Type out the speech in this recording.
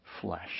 flesh